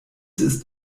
ist